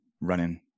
running